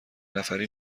نفری